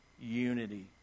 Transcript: unity